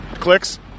clicks